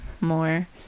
more